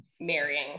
marrying